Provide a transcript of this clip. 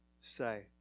say